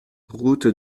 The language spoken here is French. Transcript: route